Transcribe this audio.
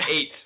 eight